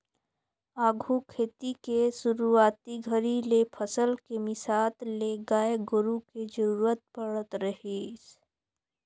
आघु खेती के सुरूवाती घरी ले फसल के मिसात ले गाय गोरु के जरूरत पड़त रहीस